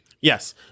Yes